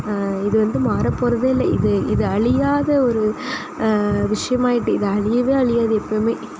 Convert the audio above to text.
இது வந்து மாற போகிறதே இல்லை இது இது அழியாத ஒரு விஷயமாக ஆயிட்டுது இது அழியவே அழியாது எப்போயுமே